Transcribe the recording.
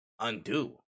undo